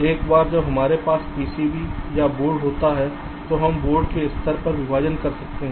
एक बार जब हमारे पास पीसीबी या बोर्ड होता है तो हम बोर्ड के स्तर पर विभाजन कर सकते हैं